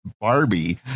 Barbie